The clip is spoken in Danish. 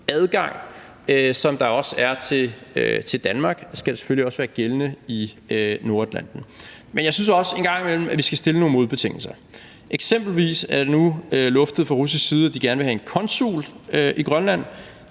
som der også er til Danmark – det skal selvfølgelig også være gældende i Nordatlanten. Men jeg synes også, at vi en gang imellem skal stille nogle modbetingelser. Eksempelvis er det nu luftet fra russisk side, at de gerne vil have en konsul i Grønland.